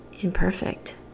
imperfect